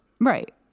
Right